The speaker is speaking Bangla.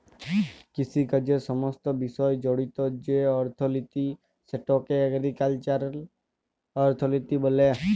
কিষিকাজের সমস্ত বিষয় জড়িত যে অথ্থলিতি সেটকে এগ্রিকাল্চারাল অথ্থলিতি ব্যলে